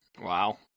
Wow